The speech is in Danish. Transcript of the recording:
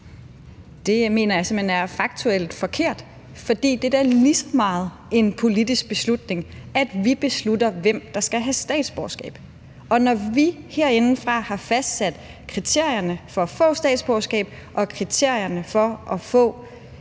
hen er faktuelt forkert, for det er da lige så meget en politisk beslutning, at vi beslutter, hvem der skal have statsborgerskab. Og når vi herindefra har fastsat kriterierne for at få statsborgerskab og kriterierne for at få